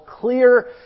clear